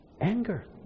anger